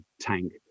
tank